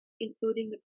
including